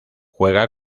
juega